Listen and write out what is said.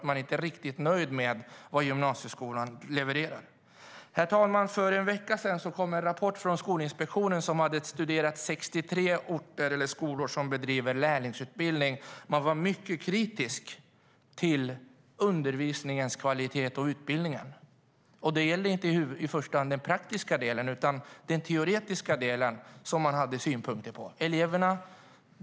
Man är inte riktigt nöjd med vad gymnasieskolan levererar. Herr talman! För en vecka sedan kom en rapport från Skolinspektionen, som hade studerat 63 skolor som bedriver lärlingsutbildning. Man var mycket kritisk till undervisningens kvalitet och utbildningen. Det gällde inte i första hand den praktiska delen, utan det var den teoretiska delen som man hade synpunkter på.